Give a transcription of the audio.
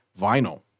Vinyl